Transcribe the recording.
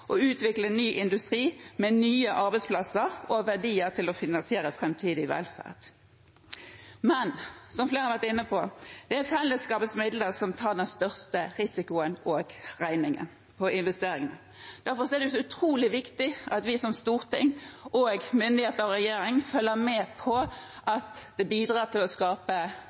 å redusere klimautslipp og utvikle ny industri med nye arbeidsplasser og verdier til å finansiere framtidig velferd. Men, som flere har vært inne på, er det fellesskapets midler som tar den største risikoen og regningen for investeringene. Derfor er det utrolig viktig at vi som storting, myndigheter og regjering følger med på at det bidrar til å skape